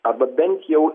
arba bent jau